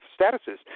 statuses